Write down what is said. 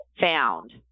found